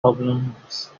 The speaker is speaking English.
problems